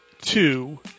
two